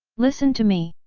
listen to me!